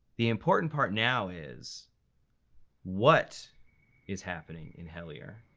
the important part now is what is happening in hellier,